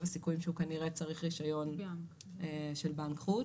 הסיכויים שהוא כנראה צריך רישיון של בנק חוץ,